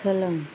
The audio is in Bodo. सोलों